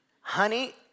Honey